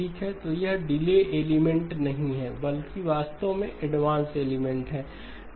ठीक है तो यह डिले एलिमेंट नहीं है बल्कि वास्तव में एडवांस एलिमेंट है